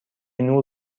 نور